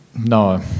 No